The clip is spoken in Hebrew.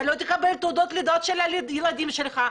אתה לא תקבל תעודת לידה של הילדים שלך,